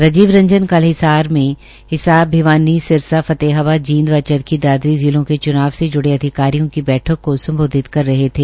राजीव रंजन कल हिसार में हिसार भिवानी सिरसा फतेहाबाद जींद व चरखी दादरी जिलों के चुनाव से जुड़े अधिकारियों की बैठक को संबोधित कर रहे थे